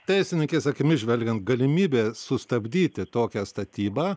teisininkės akimis žvelgiant galimybė sustabdyti tokią statybą